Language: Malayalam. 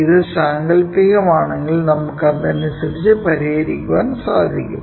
ഇത് സാങ്കല്പികം ആണെങ്കിൽ നമുക്കതിനനുസരിച്ചു പരിഹരിക്കാൻ സാധിക്കും